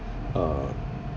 a